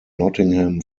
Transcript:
nottingham